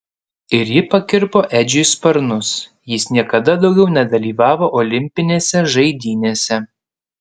ir ji pakirpo edžiui sparnus jis niekada daugiau nedalyvavo olimpinėse žaidynėse